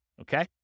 Okay